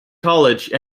college